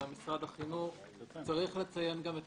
אני חושב שצריך לציין את זה,